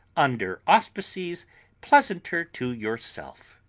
under auspices pleasanter to yourself,